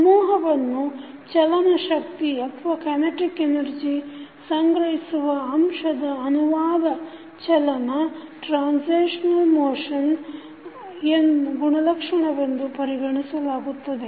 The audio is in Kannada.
ಸಮೂಹವನ್ನು ಚಲನಶಕ್ತಿಯನ್ನು ಸಂಗ್ರಹಿಸುವ ಅಂಶದ ಅನುವಾದ ಚಲನ ಗುಣಲಕ್ಷಣವೆಂದು ಪರಿಗಣಿಸಲಾಗುತ್ತದೆ